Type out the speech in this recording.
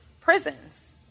prisons